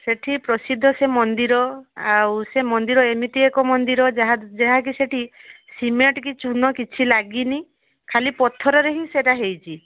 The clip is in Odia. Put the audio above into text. ସେଇଠି ପ୍ରସିଦ୍ଧ ସେ ମନ୍ଦିର ଆଉ ସେ ମନ୍ଦିର ଏମିତି ଏକ ମନ୍ଦିର ଯାହା ଯାହାକି ସେଇଠି ସିମେଣ୍ଟ କି ଚୂନ କିଛି ଲାଗିନି ଖାଲି ପଥରରେ ହିଁ ସେଇଟା ହେଇଛି